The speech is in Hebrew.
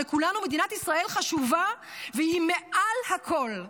לכולם מדינת ישראל חשובה והיא מעל הכול.